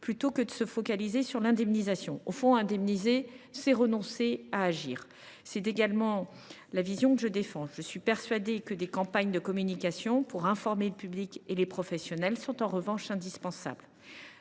plutôt que de vous focaliser sur l’indemnisation. Au fond, indemniser, c’est renoncer à agir. C’est également la vision que je défends. Je suis persuadée que des campagnes de communication pour informer le public et les professionnels sont indispensables.